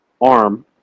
arm